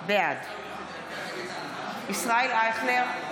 בעד ישראל אייכלר,